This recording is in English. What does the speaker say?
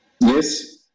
Yes